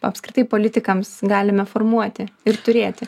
apskritai politikams galime formuoti ir turėti